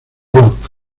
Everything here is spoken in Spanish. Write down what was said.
york